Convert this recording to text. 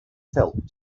felt